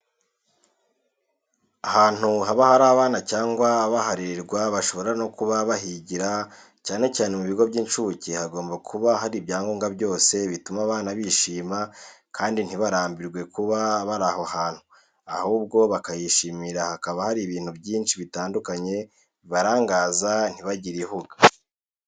Ahantu haba hari abana cyangwa baharererwa bashobora no kuba bahigira cyane cyane mu bigo by'incuke, hagomba kuba hari ibyangombwa byose bituma abana bishima kandi ntibarambirwe kuba bari aho hantu ahubwo bakahishimira hakaba hari ibintu byinshi bitandukanye bibarangaza ntibagire ihuga.